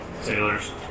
sailors